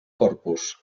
corpus